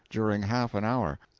during half an hour.